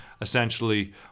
essentially